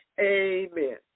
Amen